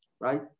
right